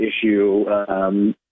issue